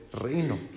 reino